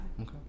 Okay